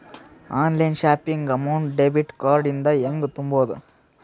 Online shopping amount debit card ಇಂದ ಹೆಂಗ್ ತುಂಬೊದು?